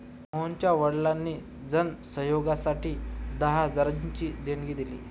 मोहनच्या वडिलांनी जन सहयोगासाठी दहा हजारांची देणगी दिली